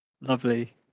lovely